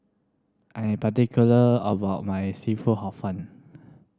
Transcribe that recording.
I am particular about my seafood Hor Fun